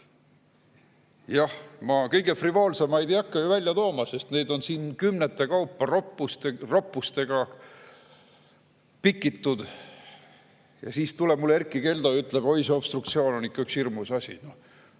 Jah, ma kõige frivoolsemaid ei hakka välja tooma, sest neid on siin kümnete kaupa roppusega pikitud. Ja siis tuleb Erkki Keldo ja ütleb mulle: "Oi, see obstruktsioon on ikka üks hirmus asi."